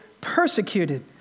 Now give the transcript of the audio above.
Persecuted